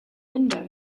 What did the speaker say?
window